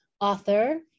author